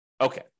Okay